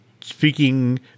speaking